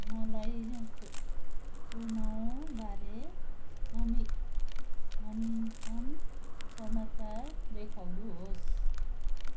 मलाई चुनावबारे नवीनतम समाचार देखाउनुहोस्